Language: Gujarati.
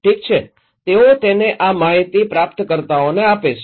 ઠીક છે તેઓ તેને આ માહિતી પ્રાપ્તકર્તાઓને આપે છે